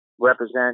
represent